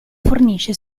fornisce